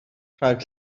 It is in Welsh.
rhag